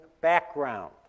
background